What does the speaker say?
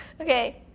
Okay